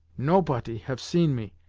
nopoty have seen me,